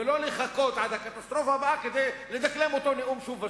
ולא לחכות עד הקטסטרופה הבאה כדי לדקלם את אותו נאום שוב ושוב.